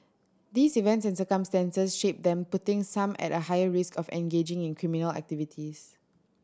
these events and circumstances shape them putting some at a higher risk of engaging in criminal activities